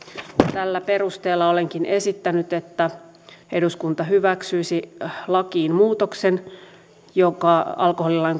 tällä perusteella olenkin esittänyt että eduskunta hyväksyisi lakiin muutoksen joka alkoholilain